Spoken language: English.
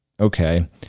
Okay